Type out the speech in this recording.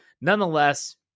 Nonetheless